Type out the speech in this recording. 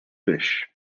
peixe